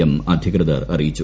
M അധികൃതർ അറിയിച്ചു